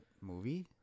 movie